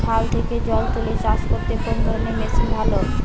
খাল থেকে জল তুলে চাষ করতে কোন ধরনের মেশিন ভালো?